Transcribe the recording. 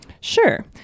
Sure